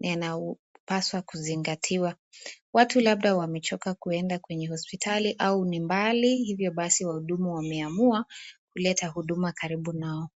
yanapaswa kuzingatiwa. Watu labda wamechoka kuenda kwenye hospitali au ni mbali hivyo basi wahudumu wameamua kuleta huduma karibu nao.